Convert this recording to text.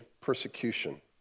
persecution